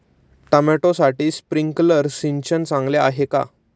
टोमॅटोसाठी स्प्रिंकलर सिंचन चांगले आहे का?